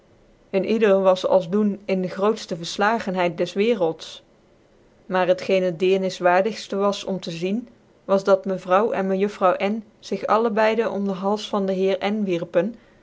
een ieder was als doen in de grootftc verflagendheid des wcerclds j maar het geen het dcerniswaardigftc was om te zien was dat mevrouw en mejuffrouw n zig alle beide om den hals van dc heer n